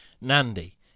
Nandi